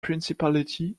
principality